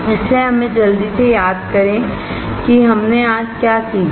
इसलिए हमें जल्दी से याद करें कि हमने आज क्या सीखा